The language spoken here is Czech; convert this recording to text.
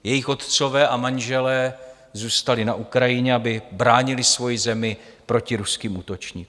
Jejich otcové a manželé zůstali na Ukrajině, aby bránili svoji zemi proti ruským útočníkům.